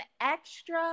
extra